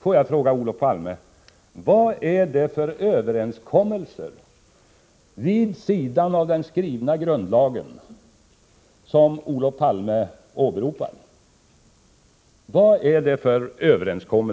Får jag då fråga Olof Palme: Vad är det för överenskommelser vid sidan av den skrivna grundlagen som Olof Palme då åberopar?